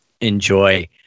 Enjoy